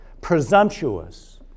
Presumptuous